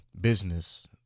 business